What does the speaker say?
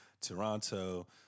Toronto